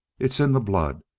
it's in the blood.